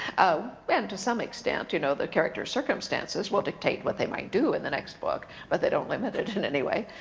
ah to some extent, you know the characters' circumstances will dictate what they might do in the next book, but they don't limit it in any way.